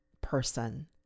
person